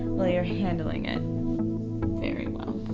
well you're handling it very well.